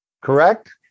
correct